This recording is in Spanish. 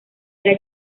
era